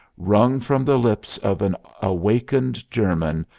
wrung from the lips of an awakened german,